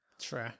true